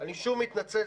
אני שוב מתנצל,